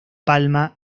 palma